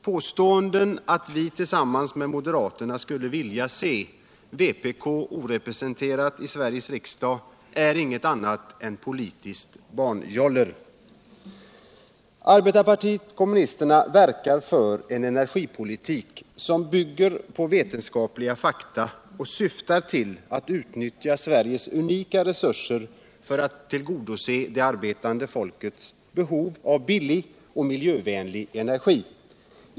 Påståenden att vi tillsammans med moderaterna skulle vilja se vpk orepresenterat I Sveriges riksdag är ingenting annat politiskt barnjoller. Arbetarpartiet kommunisterna verkar för en energipoliuk som bygger på vetenskapliga fakta och syftar till att utnyttja Sveriges unika egna resurser för att tillgodose det arbetande folkets behov av billig och miljövänlig energi.